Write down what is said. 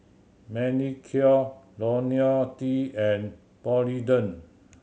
Manicare Lonil T and Polident